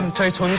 um title